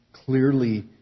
clearly